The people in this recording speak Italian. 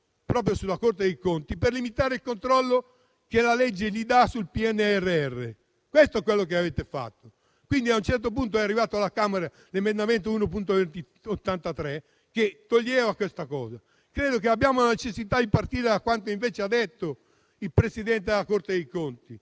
proprio sulla Corte dei conti per limitare il controllo che la legge gli conferisce sul PNRR. Questo è quanto avete fatto. Quindi a un certo punto è arrivato alla Camera l'emendamento che eliminava tale misura. Credo invece che abbiamo la necessità di partire da quanto invece ha detto il presidente della Corte dei conti